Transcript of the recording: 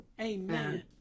Amen